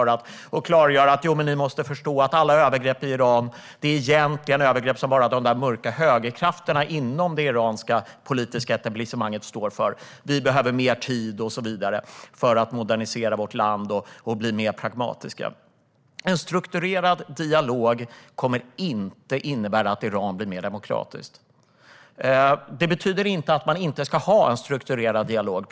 Sedan kan de svara med att säga att alla övergrepp egentligen bara begås av den mörka högern i det iranska etablissemanget och att man behöver mer tid för att modernisera landet och bli mer pragmatisk. En strukturerad dialog kommer inte att innebära att Iran blir mer demokratiskt. Det betyder inte att vi inte ska ha en strukturerad dialog.